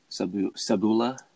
Sabula